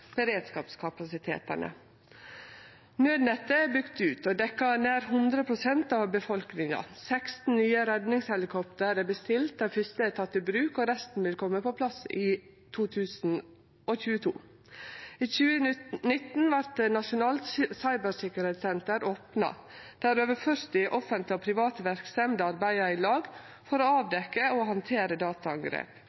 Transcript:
beredskapskapasitetane. Naudnettet er bygt ut og dekkjer nær 100 pst. av befolkninga. Seksten nye redningshelikopter er bestilte. Dei fyrste er tekne i bruk, og resten vil kome på plass i 2022. I 2019 vart eit nasjonalt cybersikkerheitssenter opna, der over 40 offentlege og private verksemder arbeider i lag for å